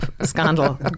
scandal